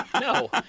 No